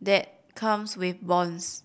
that comes with bonds